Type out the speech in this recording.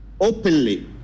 openly